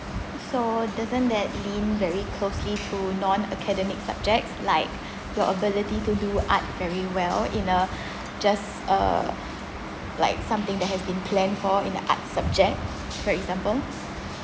so doesn't that lean very closely to non academic subjects like the ability to do art very well in a just uh like something that has been plan for in the art subject for example